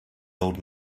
old